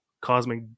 cosmic